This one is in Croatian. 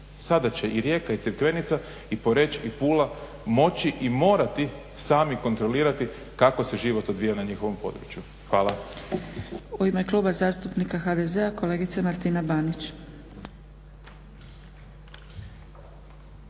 Sada će i Rijeka i Crikvenica i Poreč i Pula moći i morati sami kontrolirati kako se život odvija na njihovom području. Hvala.